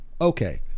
okay